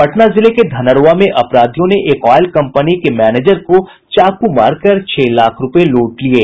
पटना जिले के धनरूआ में अपराधियों ने एक ऑयल कंपनी के मैनेजर को चाकू मारकर छह लाख रूपये लूट लिये